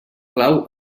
clau